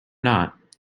not